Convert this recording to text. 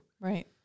right